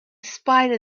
spite